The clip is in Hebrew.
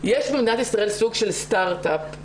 ישראל סוג של סטארט-אפ,